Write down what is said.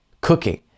cooking